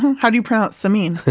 how do you pronounce samin.